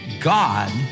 God